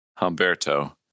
Humberto